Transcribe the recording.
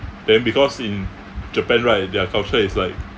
then because in japan right their culture is like